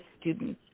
students